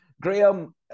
graham